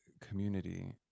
community